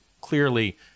clearly